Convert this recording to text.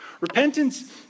Repentance